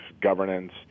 governance